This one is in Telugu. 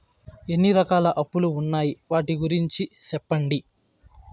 ఎన్ని రకాల అప్పులు ఉన్నాయి? వాటి గురించి సెప్పండి?